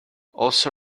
also